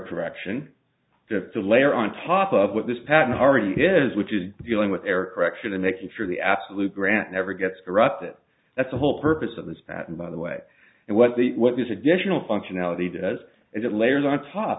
correction to the layer on top of what this patent already is which is dealing with error correction and making sure the absolute grant never gets corrupted that's the whole purpose of this patent by the way and what the what these additional functionality does is it layers on top